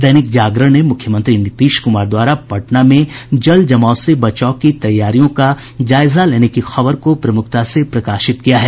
दैनिक जागरण ने मुख्यमंत्री नीतीश कुमार द्वारा पटना में जलजमाव से बचाव की तैयारियों का जायजा लेने की खबर को प्रमुखता से प्रकाशित किया है